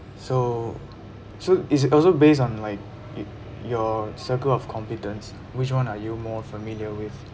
so so it's also based on like y~ your circle of confidence which one are you more familiar with